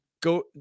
go